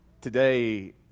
Today